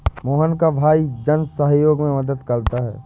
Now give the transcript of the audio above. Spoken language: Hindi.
मोहन का भाई जन सहयोग में मदद करता है